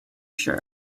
sure